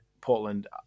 Portland